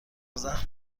زخم